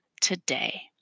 today